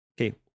okay